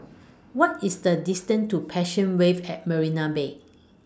What IS The distance to Passion Wave At Marina Bay